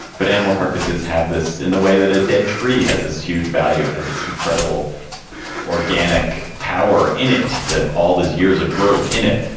but animal carcasses have this in the way that a dead tree has this huge value. it has this incredible organic power in it. all these years of growth in it.